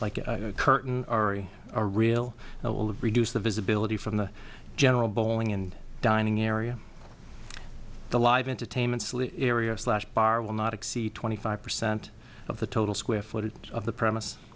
like a curtain arre a real that will reduce the visibility from the general bowling and dining area the live entertainment area of slash bar will not exceed twenty five percent of the total square footage of the premise